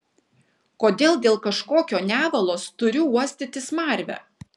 kodėl dėl kažkokio nevalos turiu uostyti smarvę